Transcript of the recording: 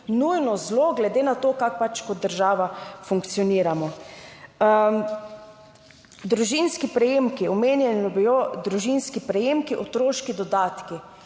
nujno zlo glede na to, kako pač kot država funkcioniramo. Družinski prejemki, omenjeno bilo družinski prejemki, otroški dodatki.